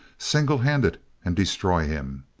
single-handed and destroy him?